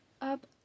up